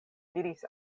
diris